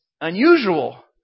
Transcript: unusual